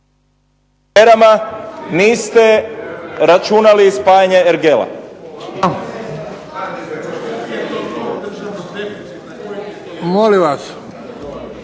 niste računali spajanje ergela.